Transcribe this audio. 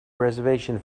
reservation